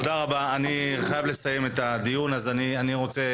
תודה רבה אני חייב לסיים את הדיון אז אני רוצה